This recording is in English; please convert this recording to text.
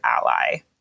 ally